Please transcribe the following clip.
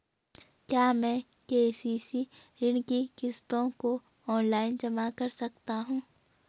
क्या मैं के.सी.सी ऋण की किश्तों को ऑनलाइन जमा कर सकता हूँ?